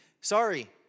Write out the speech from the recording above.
Sorry